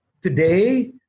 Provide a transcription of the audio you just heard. Today